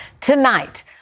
tonight